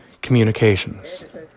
Communications